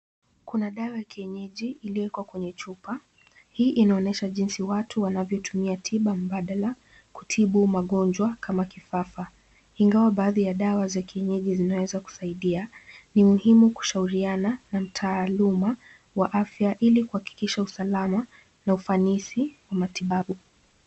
Kuna dawa ya kienyeji iliyowekwa kwenye chupa. Hii inaonyesha jinsi watu wanavyotumia tiba mbadala kutibu magonjwa kama kifafa. Ingawa baadhi ya dawa za kienyeji zinaweza kusaidia, ni muhimu kushauriana na mtaalamu wa afya ili kuhakikisha usalama na ufanisi wa matibabu.